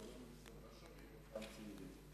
גורם סמכותי עבור הצעירים.